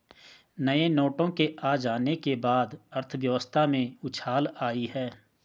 नए नोटों के आ जाने के बाद अर्थव्यवस्था में उछाल आयी है